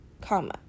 comma